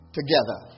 together